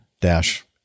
dash